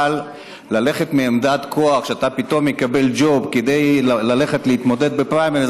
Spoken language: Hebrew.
אבל ללכת מעמדת כוח שאתה פתאום מקבל ג'וב כדי ללכת להתמודד בפריימריז,